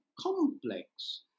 complex